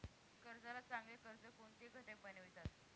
कर्जाला चांगले कर्ज कोणते घटक बनवितात?